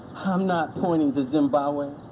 i'm not pointing to zimbabwe.